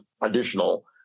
additional